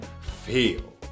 feel